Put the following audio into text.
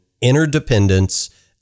interdependence